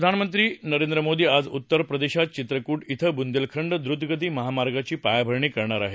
प्रधानमंत्री नरेंद्र मोदी आज उत्तर प्रदेशात चित्रकूट क्रे बुंदेलखंड द्वतगती महामार्गाची पायाभरणी करणार आहेत